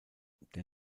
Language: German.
der